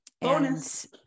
Bonus